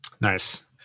Nice